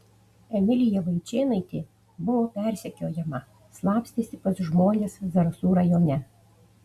emilija vaičėnaitė buvo persekiojama slapstėsi pas žmones zarasų rajone